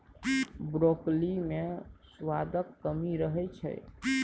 broccoli मे सुआदक कमी रहै छै